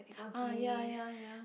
ah ya ya ya